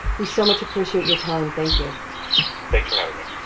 we so much appreciate your time. thank you thanks for having me